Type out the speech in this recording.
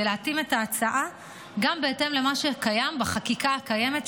להתאים את ההצעה למה שקיים בחקיקה הקיימת,